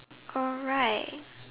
alright